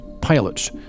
pilots